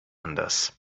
anders